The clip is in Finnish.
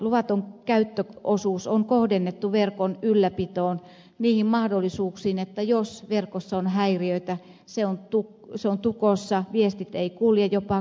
luvaton käyttöosuus on kohdennettu verkon ylläpitoon niihin mahdollisuuksiin jos verkossa on häiriöitä se on tukossa viestit eivät kulje jopa kaatuvat